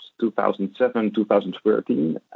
2007-2013